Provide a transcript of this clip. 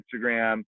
Instagram